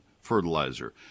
fertilizer